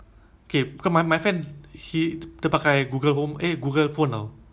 so like they know uh something like my birthday or my name ah